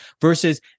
versus